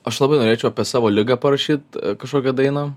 aš labai norėčiau apie savo ligą parašyt kažkokią dainą